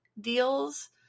deals